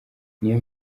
niyo